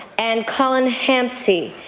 and colin hansey.